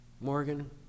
Morgan